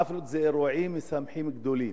חאפלות זה אירועים משמחים גדולים.